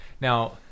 Now